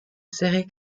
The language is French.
serrer